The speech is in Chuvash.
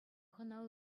хӑна